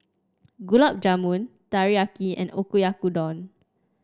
Gulab Jamun Teriyaki and Oyakodon